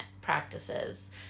practices